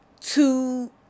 two